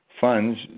funds